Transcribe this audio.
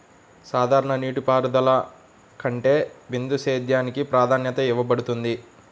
సాధారణ నీటిపారుదల కంటే బిందు సేద్యానికి ప్రాధాన్యత ఇవ్వబడుతుంది